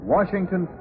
Washington